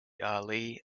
ali